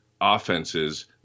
offenses